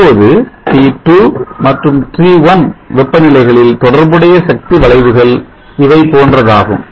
இப்போது T2 மற்றும் T1 வெப்பநிலைகளில் தொடர்புடைய சக்தி வளைவுகள் இவை போன்றதாகும்